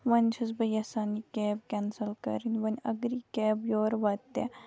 وۄنۍ چھَس بہٕ یَژھان کیب کٮ۪نسَل کَرٕنۍ وۄںۍ اگر یہِ کیب یور واتہِ